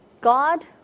God